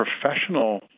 professional